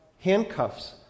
handcuffs